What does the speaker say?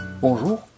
Bonjour